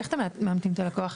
איך אתם מאמתים את הלקוח?